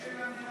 אין שם למדינה?